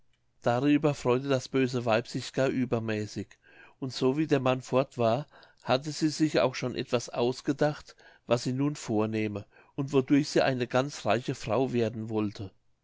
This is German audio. darüber freute das böse weib sich gar übermäßig und so wie der mann fort war hatte sie sich auch schon etwas ausgedacht was sie nun vornehme und wodurch sie eine ganz reiche frau werden wollte